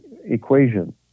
equation